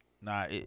Nah